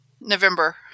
November